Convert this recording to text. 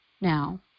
now